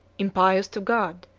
impious to god,